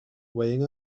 weighing